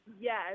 Yes